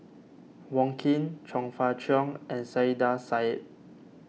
Wong Keen Chong Fah Cheong and Saiedah Said